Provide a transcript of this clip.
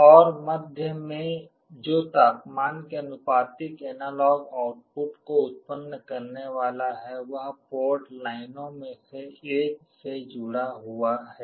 और मध्य में एक जो तापमान के आनुपातिक एनालॉग आउटपुट को उत्पन्न करने वाला है वह पोर्ट लाइनों में से एक से जुड़ा हुआ है